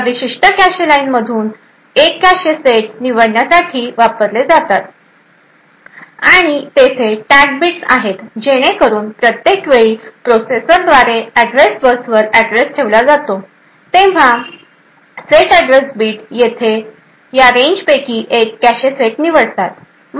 या विशिष्ट कॅशे लाइनमधून एक कॅशे सेट निवडण्यासाठी वापरली जातात आणि तेथे टॅग बिट्स आहेत जेणेकरून प्रत्येक वेळी प्रोसेसरद्वारे अॅड्रेस बसवर अॅड्रेस ठेवला जातो तेव्हा सेट अॅड्रेस बिट येथे या रेंजपैकी एक कॅशे सेट निवडतात